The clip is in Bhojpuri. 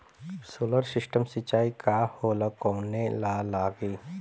सोलर सिस्टम सिचाई का होला कवने ला लागी?